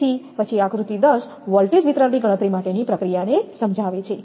તેથી પછી આકૃતિ 10 વોલ્ટેજ વિતરણની ગણતરી માટેની પ્રક્રિયાને સમજાવે છે